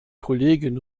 kollegen